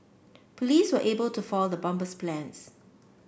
police were able to foil the bomber's plans